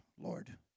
Lord